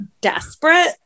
desperate